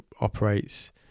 operates